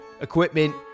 equipment